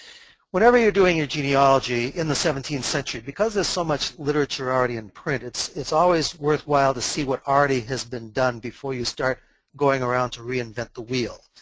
whenever you're doing your genealogy in the seventeenth century, because there is so much literature already in print, it's it's always worthwhile to see what already has been done before you start going around to reinvent the wheel.